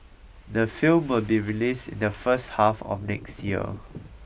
the film will be released in the first half of next year